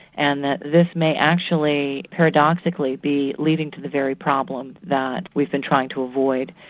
and that this may actually paradoxically be leading to the very problem that we've been trying to avoid.